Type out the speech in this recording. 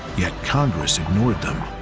yet congress ignored them.